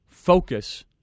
focus